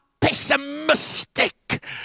pessimistic